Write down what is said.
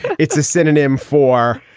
it's a synonym for,